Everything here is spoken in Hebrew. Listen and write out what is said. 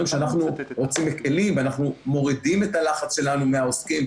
שאנחנו מקלים ואנחנו מורידים את הלחץ שלנו מהעוסקים,